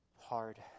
hard